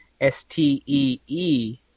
S-T-E-E